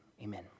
Amen